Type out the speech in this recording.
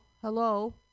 hello